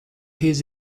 his